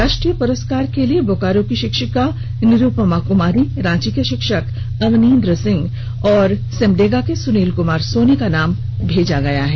राष्ट्रीय पुरस्कार के लिए बोकारो की शिक्षिका निरूपमा कुमारी रांची के शिक्षक अवनींद्र सिंह और सिमडेगा के सुनील कुमार सोनी का नाम भेजा गया है